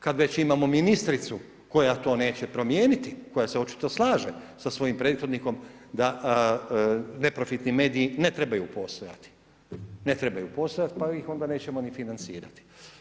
Kada već imamo ministricu, koja to neće promijeniti, koja se očito slaže sa svojim prethodnikom, da neprofitni mediji ne trebaju postojati, ne trebaju postojati, pa ih onda nećemo ni financirati.